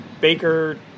Baker